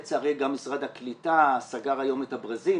לצערי גם משרד הקליטה סגר היום את הברזים.